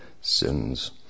sins